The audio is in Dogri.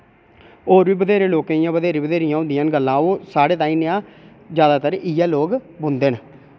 और बी बथेरे लोकें इयां बथेरी बथेरियां होंदियां न गल्लां ओह् साढ़े ताईं नेहा ज्यादातर 'इयै लोक बुनदे न